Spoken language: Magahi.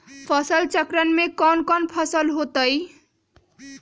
फसल चक्रण में कौन कौन फसल हो ताई?